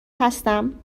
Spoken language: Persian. هستم